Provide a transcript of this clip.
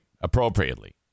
appropriately